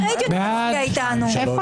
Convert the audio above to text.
מי